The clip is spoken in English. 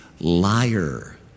liar